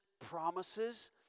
promises